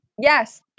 Yes